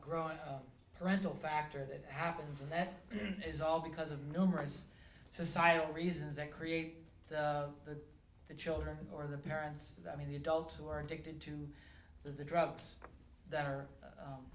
growing parental factor that happens and that is all because of numerous societal reasons and create the children or the parents i mean the adults who are addicted to the drugs that are